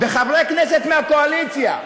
וחברי הכנסת מהקואליציה,